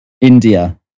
India